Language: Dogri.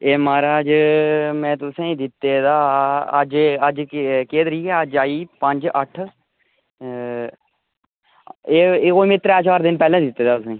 एह् माराज में तुसें ई दित्ते दा अज्ज अज्ज केह् केह् तरीक ऐ अज्ज आई पंज अट्ठ एह् एह् कोई में त्रै चार दिन पैह्ले दित्ते दा तुसें ई